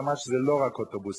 שאמרת שזה לא רק אוטובוסים,